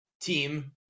team